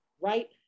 right